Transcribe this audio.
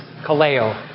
kaleo